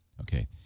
Okay